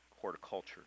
horticulture